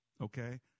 Okay